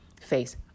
face